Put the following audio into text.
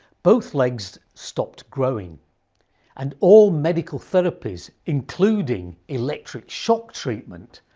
both legs stopped growing and all medical therapies, including electric shock treatment,